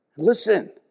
listen